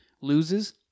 loses